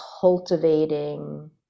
cultivating